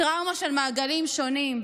טראומה של מעגלים שונים,